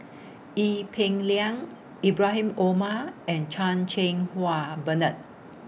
Ee Peng Liang Ibrahim Omar and Chan Cheng Wah Bernard